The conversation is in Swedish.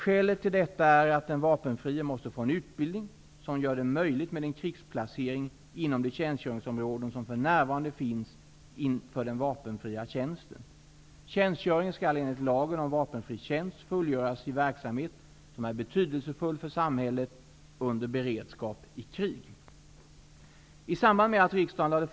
Skälet till detta är att den vapenfrie måste få en utbildning som gör det möjligt med en krigsplacering inom de tjänstgöringsområden som för närvarande finns för den vapenfria tjänsten. Tjänstgöringen skall enligt lagen om vapenfri tjänst fullgöras i verksamhet som är betydelsefull för samhället under beredskap och krig.